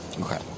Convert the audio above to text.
Okay